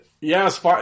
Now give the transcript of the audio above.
Yes